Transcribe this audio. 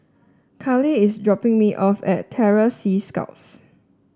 Karlee is dropping me off at Terror Sea Scouts